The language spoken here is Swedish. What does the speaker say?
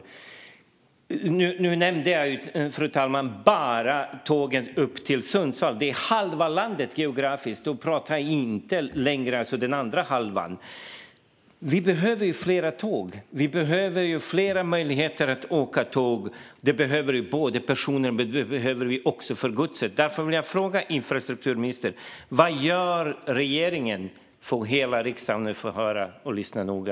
Nu nämnde jag bara tågen upp till Sundsvall. Det är halva landet geografiskt. Då talar jag inte längre om den andra halvan. Vi behöver fler tåg. Vi behöver fler möjligheter att åka tåg. Det behöver vi både för personer och för godset. Därför vill jag fråga infrastrukturministern: Vad gör regeringen? Hela riksdagen kan nu få höra det och lyssna noga.